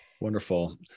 Wonderful